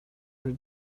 her